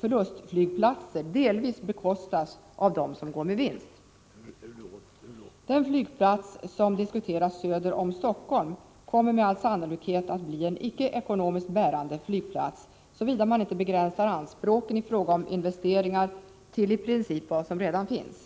förlustflygplatser delvis bekostas av dem som går med vinst. Den flygplats söder om Stockholm som är föremål för diskussion kommer med all sannolikhet att bli en icke ekonomiskt bärande flygplats, såvida man inte begränsar anspråken i fråga om investeringar till i princip vad som redan finns.